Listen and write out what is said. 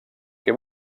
que